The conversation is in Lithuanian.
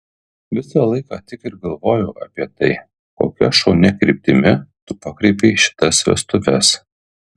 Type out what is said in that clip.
visą laiką tik ir galvoju apie tai kokia šaunia kryptimi tu pakreipei šitas vestuves